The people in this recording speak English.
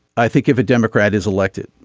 i think if a democrat is elected